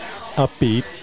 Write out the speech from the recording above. upbeat